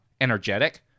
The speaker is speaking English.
energetic